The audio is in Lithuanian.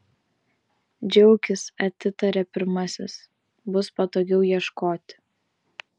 džiaukis atitarė pirmasis bus patogiau ieškoti